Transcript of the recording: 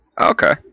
Okay